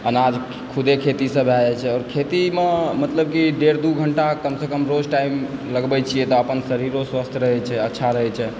अनाज खुदे खेतीसँ भए जाइ छै खेतीमे मतलब की डेढ़ दू घण्टा कम सँ कम रोज टाइम लगबै छियै तऽ अपन शरीरो स्वस्थ्य रहै छै अच्छा रहै छै